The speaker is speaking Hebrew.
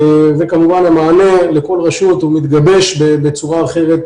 וכמובן המענה לכל רשות הוא מתגבש בצורה אחרת,